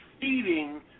feeding